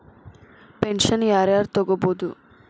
Pension ಯಾರ್ ಯಾರ್ ತೊಗೋಬೋದು?